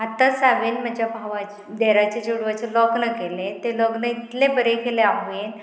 आतांच हांवेन म्हज्या भाव देराचे चेडवाचें लग्न केलें तें लग्न इतलें बरें केलें हांवेन